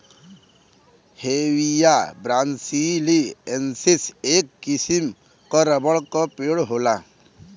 Hevea ब्रासिलिएन्सिस, एक किसिम क रबर क पेड़ होला